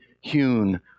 hewn